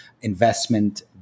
investment